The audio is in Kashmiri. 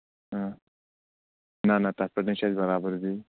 نہ نہ تَتھ پٮ۪ٹھ نَے چھےٚ اَسہِ برابٔدی